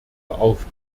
auf